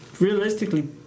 realistically